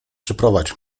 przyprowadź